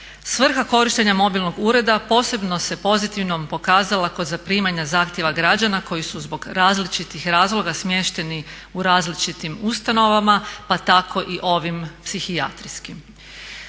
Svrha korištenja mobilnog ureda posebno se pozitivnom pokazala kod zaprimanja zahtjeva građana koji su zbog različitih razloga smješteni u različitim ustanovama pa tako i ovim psihijatrijskim.